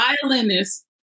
violinist